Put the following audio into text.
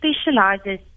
specializes